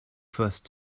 first